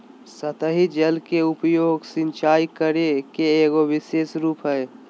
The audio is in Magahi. सतही जल के उपयोग, सिंचाई करे के एगो विशेष रूप हइ